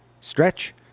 stretch